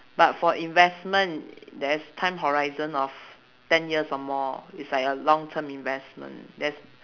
but for investment there's time horizon of ten years or more it's like a long term investment there's